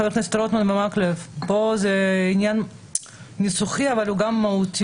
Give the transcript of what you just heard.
זה עניין ניסוחי אבל הוא גם מהותי.